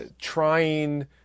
trying